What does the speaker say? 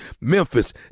Memphis